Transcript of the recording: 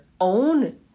own